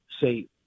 say